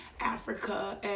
Africa